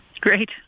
Great